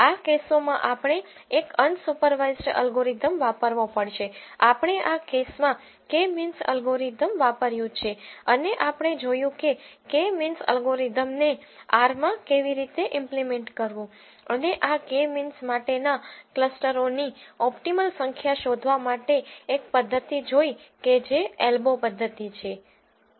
આ કેસોમાં આપણે એક અનસુપરવાઇઝડ અલ્ગોરીધમ વાપરવો પડશે આપણે આ કેસ માં કે મીન્સ અલ્ગોરીધમ વાપર્યું છે અને આપણે જોયું કે કે મીન્સ અલ્ગોરીધમને R માં કેવી રીતે ઈમ્પલીમેન્ટ કરવું અને આ કે મીન્સ માટેના ક્લસ્ટરોની ઓપ્ટિમલ સંખ્યા શોધવા માટે એક પદ્ધતિ જોઈ કે જે એલ્બો પદ્ધતિ છે